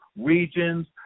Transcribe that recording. regions